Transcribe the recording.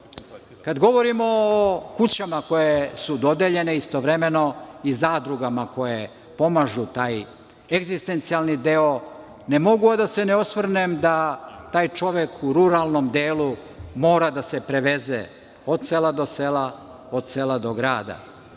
govorimo o kućama koje su dodeljene, istovremeno i zadrugama koje pomažu taj egzistencijalni deo, ne mogu a da se ne osvrnem da taj čovek u ruralnom delu mora da se preveze od sela do sela, od sela do grada.